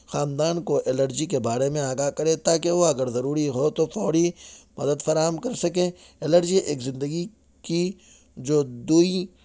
خاندان کو الرجی کے بارے میں آگاہ کریں تاکہ وہ اگر ضروری ہو تو فوری مدد فراہم کر سکیں الرجی ایک زندگی کی جو دوئی